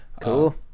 cool